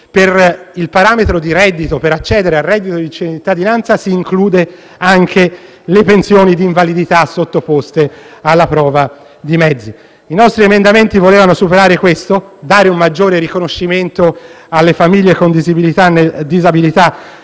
il parametro di reddito per accedere al reddito di cittadinanza si includono anche le pensioni di invalidità sottoposte alla prova dei mezzi. I nostri emendamenti volevano superare questo aspetto, dare un maggiore riconoscimento alle famiglie con disabilità